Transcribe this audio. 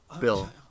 Bill